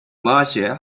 marshall